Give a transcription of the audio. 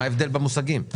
מה ההבדל בין המושגים?